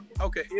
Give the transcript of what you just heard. okay